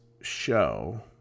show